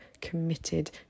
committed